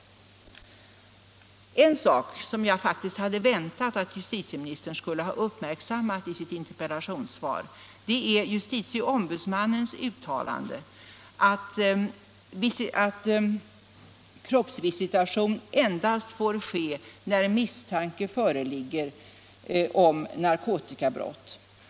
En sak som jag faktiskt hade väntat mig att justitieministern skulle ha uppmärksammat i sitt interpellationssvar var justitieombudsmannens uttalande att kroppsvisitation endast får ske när misstanke föreligger om narkotikabrott.